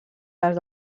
les